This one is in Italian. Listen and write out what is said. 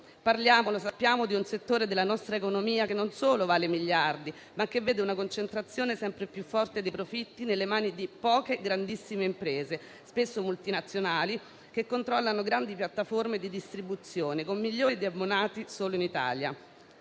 stiamo parlando di un settore della nostra economia che, non solo vale miliardi, ma che vede una concentrazione sempre più forte dei profitti nelle mani di poche grandissime imprese, spesso multinazionali, che controllano grandi piattaforme di distribuzione, con milioni di abbonati solo in Italia.